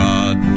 God